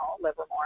Livermore